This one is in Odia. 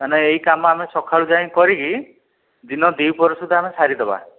କାଇନା ଏହି କାମ ଆମେ ସକାଳ ଯାଇଁ କରିକି ଦିନ ଦିପହର ସୁଦ୍ଧା ଆମେ ସାରିଦେବା